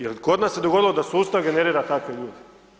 Jer kod nas se dogodilo da sustav generira takve ljude.